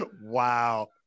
Wow